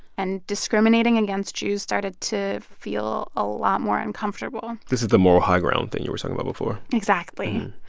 and discriminating against jews started to feel a lot more uncomfortable this is the moral high ground thing you were talking about before exactly.